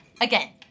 Again